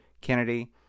Kennedy